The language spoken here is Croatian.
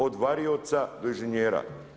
Od varioca do inženjera.